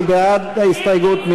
מי בעד ההסתייגות?